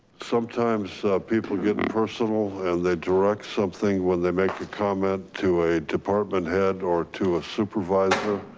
sometimes people get and personal and they direct something, when they make a comment to a department head or to a supervisor.